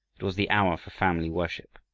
it was the hour for family worship,